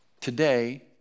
Today